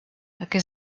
que